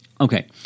Okay